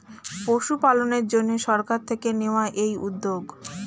পশুপালনের জন্যে সরকার থেকে নেওয়া এই উদ্যোগ